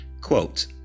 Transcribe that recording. quote